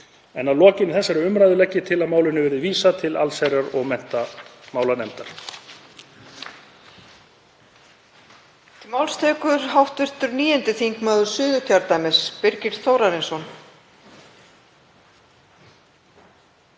En að lokinni þessari umræðu legg ég til að málinu verði vísað til allsherjar- og menntamálanefndar.